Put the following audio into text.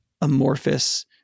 amorphous